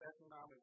economic